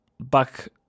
back